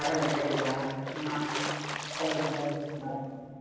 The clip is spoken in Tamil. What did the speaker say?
கடலெண்ணெய் கிடைக்குதா ஆ ஆ கடலெண்ணெய் இருக்குதுங்க